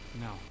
no